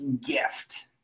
gift